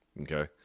okay